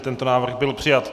Tento návrh byl přijat.